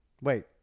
wait